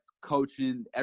coaching